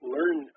Learn